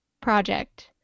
project